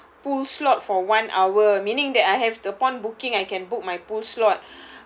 pool slot for one hour meaning that I have to upon booking I can book my pool slot